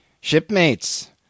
Shipmates